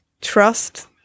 trust